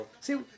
See